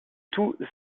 tout